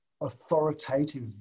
authoritative